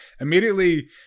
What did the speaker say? immediately